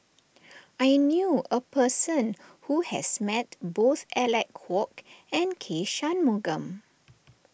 I knew a person who has met both Alec Kuok and K Shanmugam